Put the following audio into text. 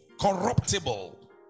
corruptible